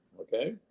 Okay